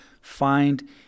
find